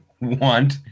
want